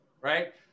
right